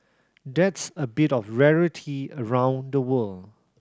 that's a bit of rarity around the world